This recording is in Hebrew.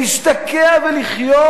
להשתקע ולחיות?